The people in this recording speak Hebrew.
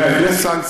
כן, יש סנקציות,